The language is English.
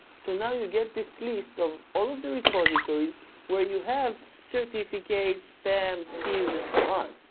so now you get this list of all of the repositories where you have certificates, spams, keys and so on.